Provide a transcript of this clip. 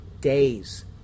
days